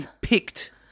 picked